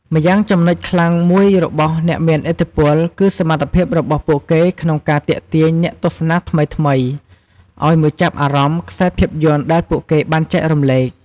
ម្យ៉ាងចំណុចខ្លាំងមួយរបស់អ្នកមានឥទ្ធិពលគឺសមត្ថភាពរបស់ពួកគេក្នុងការ ទាក់ទាញអ្នកទស្សនាថ្មីៗ ឱ្យមកចាប់អារម្មណ៍ខ្សែភាពយន្តដែលពូកគេបានចែករំលែក។